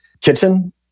kitchen